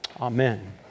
Amen